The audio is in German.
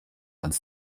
ans